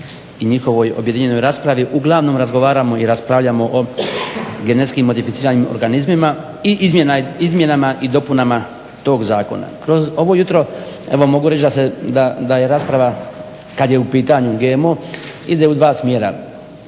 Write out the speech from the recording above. i njihovoj objedinjenoj raspravi, uglavnom razgovaramo i raspravljamo o genetski modificiranim organizmima i izmjenama i dopunama tog zakona. Kroz ovo jutro evo mogu reći da je rasprava kad je u pitanju GMO ide u dva smjera.